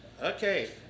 Okay